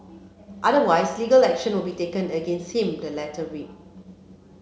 otherwise legal action will be taken against him the letter read